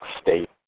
state